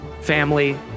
family